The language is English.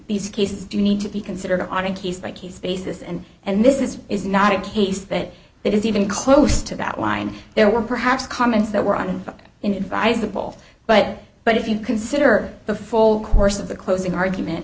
these cases do need to be considered on a case by case basis and and this is is not a case that it is even close to that line there were perhaps comments that were on the rise the ball but but if you consider the full course of the closing argument